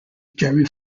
jerry